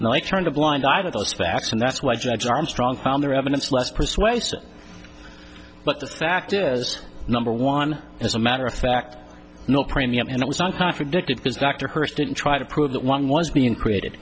and i turned a blind eye to those facts and that's why judge armstrong found their evidence less persuasive but the fact is number one as a matter of fact no premium and it was not contradicted because dr hurst didn't try to prove that one was being created